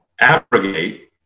abrogate